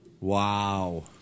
Wow